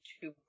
two